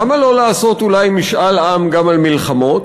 למה לא לעשות אולי משאל עם גם על מלחמות,